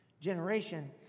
generation